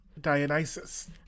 Dionysus